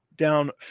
Down